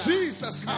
Jesus